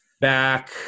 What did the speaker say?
back